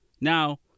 now